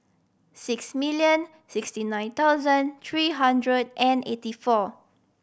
six million sixty nine thousand three hundred and eighty four